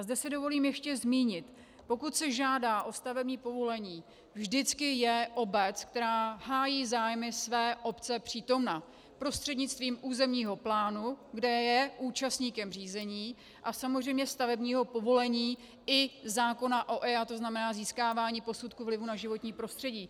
Zde si dovolím ještě zmínit: Pokud se žádá o stavební povolení, vždycky je obec, která hájí zájmy své obce, přítomna prostřednictvím územního plánu, kde je účastníkem řízení, a samozřejmě stavebního povolení i zákona o EIA, to znamená získávání posudků vlivů na životní prostředí.